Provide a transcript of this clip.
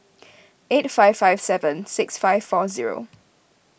eight five five seven six five four zero